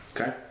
Okay